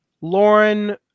Lauren